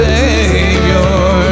Savior